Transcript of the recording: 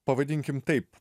pavadinkim taip